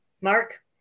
Mark